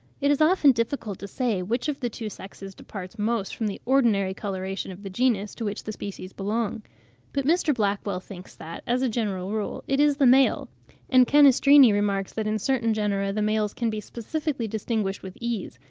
it is often difficult to say which of the two sexes departs most from the ordinary coloration of the genus to which the species belong but mr. blackwall thinks that, as a general rule, it is the male and canestrini remarks that in certain genera the males can be specifically distinguished with ease,